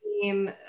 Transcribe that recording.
team